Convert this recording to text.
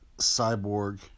cyborg